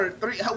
three